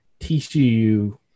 TCU